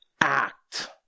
act